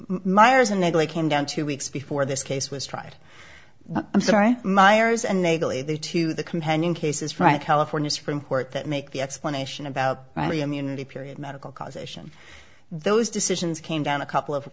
myers and negley came down two weeks before this case was tried i'm sorry myers and nagel either to the companion cases right california supreme court that make the explanation about the immunity period medical causation those decisions came down a couple of